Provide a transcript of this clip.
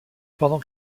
pendant